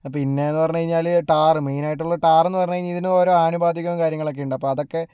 പിന്നെ എന്ന് പറഞ്ഞ് കഴിഞ്ഞാൽ ടാറ് മെയിനായിട്ടുള്ള ടാറെന്ന് പറഞ്ഞു കഴിഞ്ഞാൽ ഇതിന് ഓരോ ആനുപാതികം കാര്യങ്ങളൊക്കെ ഉണ്ട് അപ്പോൾ അതൊക്കെ